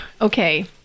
Okay